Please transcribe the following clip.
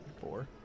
Four